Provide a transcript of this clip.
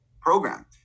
program